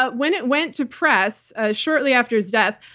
but when it went to press ah shortly after his death,